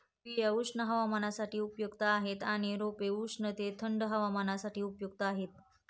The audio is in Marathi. बिया उष्ण हवामानासाठी उपयुक्त आहेत आणि रोपे उष्ण ते थंडी हवामानासाठी उपयुक्त आहेत